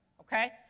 Okay